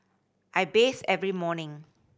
I bathe every morning